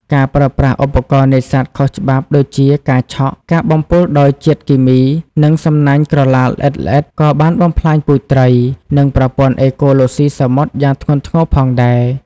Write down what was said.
ការប្រើប្រាស់ឧបករណ៍នេសាទខុសច្បាប់ដូចជា ការឆក់ ការបំពុលដោយជាតិគីមី និងសំណាញ់ក្រឡាល្អិតៗ ក៏បានបំផ្លាញពូជត្រី និងប្រព័ន្ធអេកូឡូស៊ីសមុទ្រយ៉ាងធ្ងន់ធ្ងរផងដែរ។